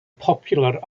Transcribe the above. popular